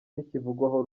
ntikivugwaho